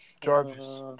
Jarvis